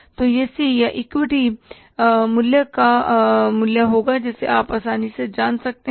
तो यह सी या इक्विटी पूँजी का मूल्य होगा जिसे आप आसानी से जान सकते हैं